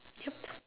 yup